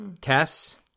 Tess